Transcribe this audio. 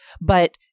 But-